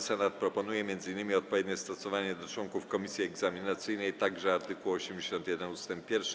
Senat proponuje m.in. odpowiednie stosowanie do członków komisji egzaminacyjnej także art. 81 ust. 1.